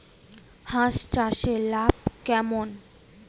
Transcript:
হাঁস চাষে লাভ কেমন?